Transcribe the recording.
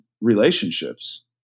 relationships